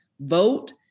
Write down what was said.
vote